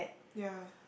ya